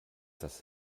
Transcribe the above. das